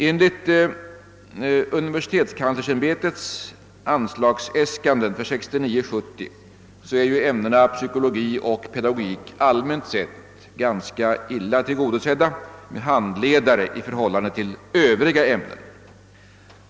Enligt = universitetskanslersämbetets anslagsäskanden för 1969/70 är ämnena psykologi och pedagogik allmänt sett ganska illa tillgodosedda med handledare i förhållande till övriga ämnen.